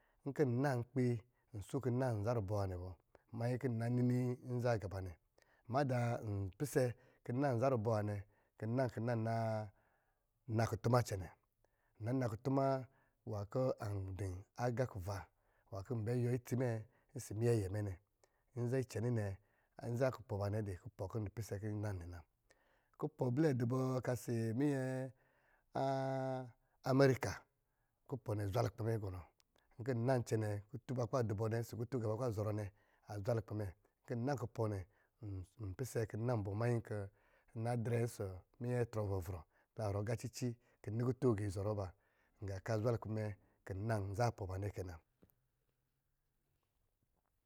Nkɔ̄ nan nkpi nsa kɔ̄ nnan nza a rubɔ̄ nwá nɛ bɔ, ma nnyi kɔ̄ na nini nza agiiba nɛ, madá n pisɛ kɔ̄ nnan nza rubɔ̄ nwá nɛ kɔ̄ nnan na nakutuma cɛnɛ, nna na kutuma nwan kɔ̄ an dɔ̄ agá kuva nwan kɔ̄ n bɛ yuwɔ itsi mɛ ɔsɔ̄ minyɛ yɛ mɛ nɛ, nza icɛnɛ nɛ, nza kupɔ̄ aba nɛ dɔ̄ kupɔ̄ n pisɛ lkɔ̄ n nan nɛ na. Kupɔ̄ ablɛ dɔ̄ bɔ karisi minyɛ amerika, kupɔ̄ nɛ zwa lukpɛ mɛ gɔnɔ, kutun ba kɔ̄ ba dó bɔ nɛ ɔsɔ̄ lutun agá ba ká ba zɔrɔ nɛ, azwa lukpɛ mɛ, kɔ̄ nnan kupɔ̄ nɛ, npisɛ kɔ̄ nnan bɔ nnan kupɔ̄ nɛ, npisɛ kó nnan bɔ mannyi kɔ̄ n na drɛ ɔsɔ̄ minyɛ atɔ̄ vrɔ-vrɔ kɔ̄ la zɔrɔ agá cici kɔ̄ nni kutun agiizɔrɔ ba gá kɔ̄ azwa lukpɛ kɔ̄ nnan nza apɔ̄ a ban nɛ kɛ na.